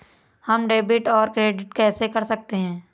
हम डेबिटऔर क्रेडिट कैसे कर सकते हैं?